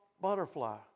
butterfly